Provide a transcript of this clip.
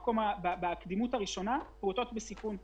הקדימות הראשונה היא פעוטות בסיכון,